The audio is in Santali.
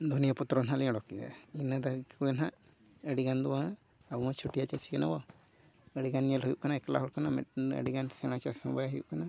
ᱫᱷᱚᱱᱤᱭᱟᱹ ᱯᱚᱛᱨᱚ ᱱᱟᱦᱟᱸᱜ ᱞᱤᱧ ᱚᱰᱳᱠᱮᱜᱼᱟ ᱤᱱᱟᱹ ᱫᱚ ᱠᱚᱜᱮ ᱱᱟᱦᱟᱸᱜ ᱟᱹᱰᱤ ᱜᱟᱱ ᱫᱚ ᱵᱟᱝ ᱟᱵᱚᱢᱟ ᱪᱷᱩᱴᱤᱭᱟᱹ ᱪᱟᱹᱥᱤ ᱠᱟᱱᱟ ᱵᱚᱱ ᱟᱹᱰᱤ ᱜᱟᱱ ᱧᱮᱞ ᱦᱩᱭᱩᱜ ᱠᱟᱱᱟ ᱮᱠᱞᱟ ᱦᱚᱲ ᱠᱟᱱᱟ ᱵᱚᱱ ᱟᱹᱰᱤ ᱜᱟᱱ ᱥᱮᱬᱟ ᱪᱟᱥ ᱦᱚᱸ ᱵᱟᱭ ᱦᱩᱭᱩᱜ ᱠᱟᱱᱟ